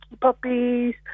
puppies